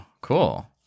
cool